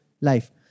life